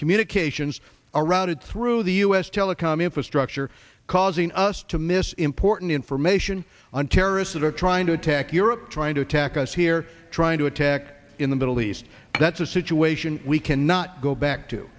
communications around it through the u s telecom infrastructure causing us to miss important information on terrorists that are trying to attack europe trying to attack us here trying to attack in the middle east that's a situation we cannot go back to